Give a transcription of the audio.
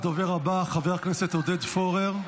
הדובר הבא, חבר הכנסת עודד פורר,